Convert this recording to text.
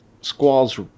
Squall's